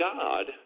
God